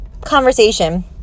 conversation